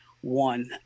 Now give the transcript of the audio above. one